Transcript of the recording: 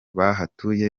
bahatuye